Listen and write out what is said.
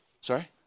Sorry